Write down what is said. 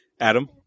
Adam